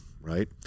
right